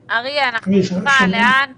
אריה, לאן פנינו?